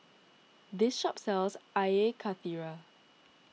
this shop sells Air Karthira